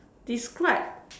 describe